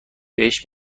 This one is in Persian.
بهش